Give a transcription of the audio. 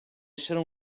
essere